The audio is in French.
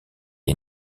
est